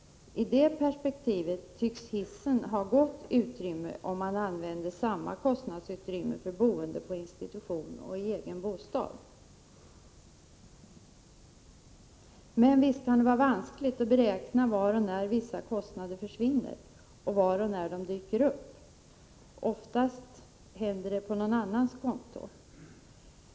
I det perspektivet tycks hissen ha gott utrymme, om man beräknar samma kostnadsutrymme för boende på institution som för boende i egen bostad. Men visst kan det vara vanskligt att beräkna var och när vissa kostnader försvinner och var och när de dyker upp. Oftast sker det på någon annans konto.